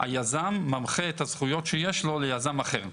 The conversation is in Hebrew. היזם ממחא את הזכויות שיש לו ליזם אחר.